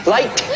Light